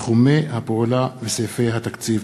תחומי הפעולה וסעיפי התקציב.